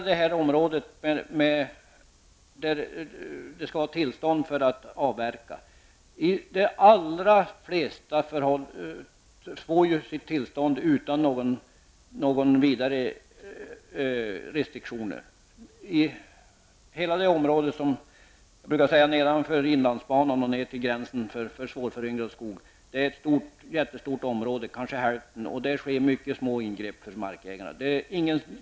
Där det skall vara tillstånd för avverkning får de allra flesta sina tillstånd utan några vidare restriktioner. I hela det jättestora området nedanför inlandsbanan och ner till gränsen för svårföryngrad skog sker mycket små ingrepp av markägarna.